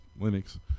Linux